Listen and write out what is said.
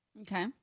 okay